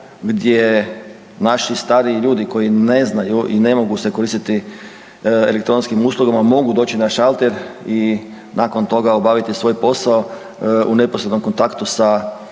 gdje naši stariji ljudi koji ne znaju i ne mogu se koristiti elektronskim uslugama mogu doći na šalter i nakon toga obaviti svoj posao u neposrednom kontaktu sa